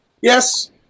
Yes